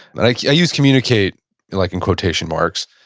i yeah use communicate like in quotation marks,